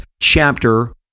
chapter